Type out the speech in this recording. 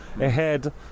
ahead